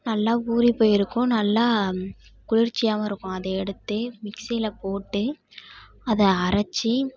நல்லா ஊறி போயிருக்கும் நல்லா குளிர்ச்சியாகவும் அதை எடுத்து மிக்ஸியில போட்டு அதை அரைச்சி